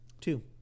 Two